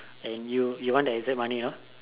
and you you want the exact money you know